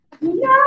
no